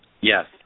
Yes